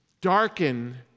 darken